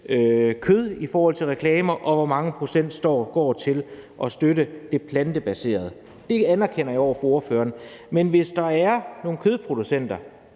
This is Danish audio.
kød i reklamer og hvor mange procent der går til at støtte det plantebaserede. Det anerkender jeg over for ordføreren. Men hvis der er nogle kødproducenter